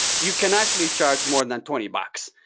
you can actually charge more than twenty bucks.